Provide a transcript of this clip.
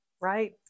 right